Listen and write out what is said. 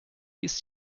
ist